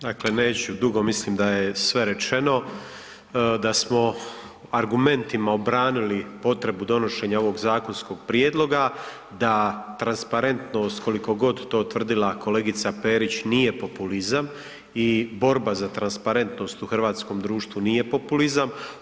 Dakle, neću dugo, mislim da je sve rečeno, da smo argumentima obranili potrebu donošenja ovog zakonskog prijedloga, da transparentnost koliko god to tvrdila kolegica Perić nije populizam i borba za transparentnost u hrvatskom društvu nije populizam.